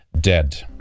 dead